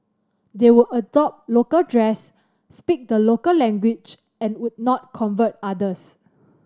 they would adopt local dress speak the local language and would not convert others